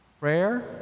prayer